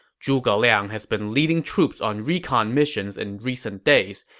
zhuge liang has been leading troops on recon missions in recent days.